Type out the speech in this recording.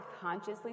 consciously